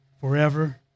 forever